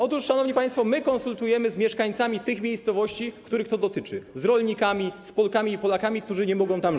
Otóż, szanowni państwo, my to konsultujemy z mieszkańcami tych miejscowości, których to dotyczy, z rolnikami, z Polkami i Polakami, którzy nie mogą tam żyć.